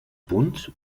punts